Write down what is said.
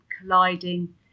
colliding